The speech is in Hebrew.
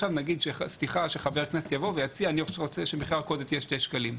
נניח שחבר כנסת יציע עכשיו שמחיר הקוטג' יהיה 2 שקלים.